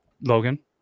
Logan